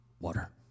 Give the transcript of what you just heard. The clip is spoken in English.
water